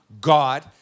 God